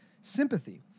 sympathy